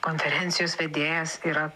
konferencijos vedėjas yra